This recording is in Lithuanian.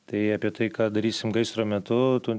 tai apie tai ką darysim gaisro metu tu